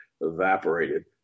evaporated